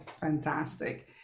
Fantastic